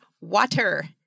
water